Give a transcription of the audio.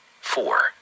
Four